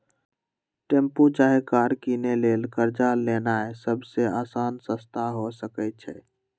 tempo चाहे car किनै लेल कर्जा लेनाइ सबसे अशान रस्ता हो सकइ छै